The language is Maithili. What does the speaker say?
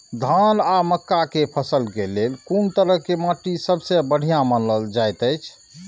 धान आ मक्का के फसल के लेल कुन तरह के माटी सबसे बढ़िया मानल जाऐत अछि?